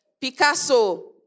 Picasso